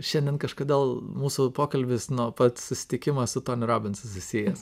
šiandien kažkodėl mūsų pokalbis nuo pat susitikimo su toniu robinsu susijęs